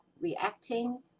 reacting